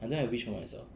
I don't have wish for myself